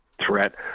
threat